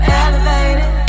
elevated